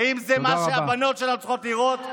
האם זה מה שהבנות שלנו צריכות לראות?